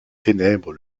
ténèbres